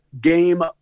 game